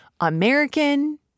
American